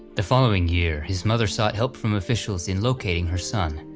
the following year his mother sought help from officials in locating her son.